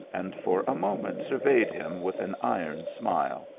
and for a moment surveyed him with an iron smile.